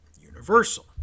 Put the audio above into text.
Universal